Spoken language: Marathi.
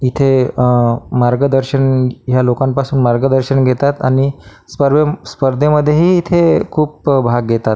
इथे मार्गदर्शन ह्या लोकांपासून मार्गदर्शन घेतात आणि स्पर्वेम् स्पर्धेमध्येही इथे खूप भाग घेतात